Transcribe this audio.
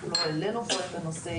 אנחנו לא העלנו פה את הנושא,